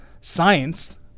science